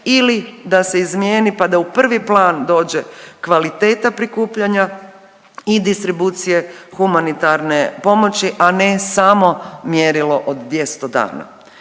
ili da se izmijeni pa da u prvi plan dođe kvaliteta prikupljanja i distribucije humanitarne pomoći, a ne samo mjerilo od 200 dana.